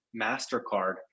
MasterCard